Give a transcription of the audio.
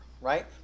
right